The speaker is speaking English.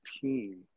team